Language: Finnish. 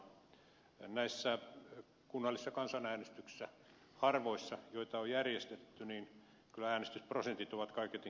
näissä kunnallisissa kansanäänestyksissä harvoissa joita on järjestetty kyllä äänestysprosentit ovat kaiketi olleet alhaisia